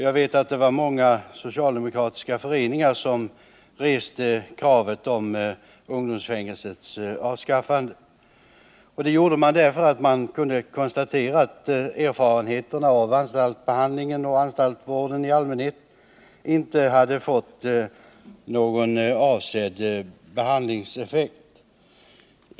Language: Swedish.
Jag vet att många socialdemokratiska föreningar reste detta krav. Man gjorde det därför att man kunde konstatera av erfarenheterna att anstaltsbehandlingen och anstaltsvården i allmänhet inte hade fått någon avsedd effekt.